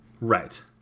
Right